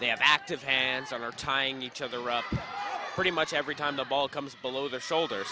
they have active hands on their tiny each other up pretty much every time the ball comes below their shoulder